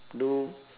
do